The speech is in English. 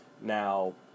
Now